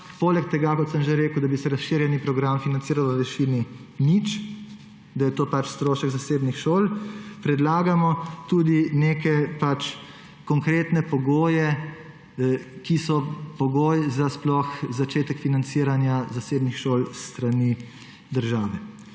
Poleg tega, kot sem že rekel, da bi se razširjeni program financiral v višini nič, da je to pač strošek zasebnih šol, predlagamo tudi neke konkretne pogoje, ki so pogoji za sploh začetek financiranja zasebnih šol s strani države;